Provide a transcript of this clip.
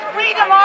Freedom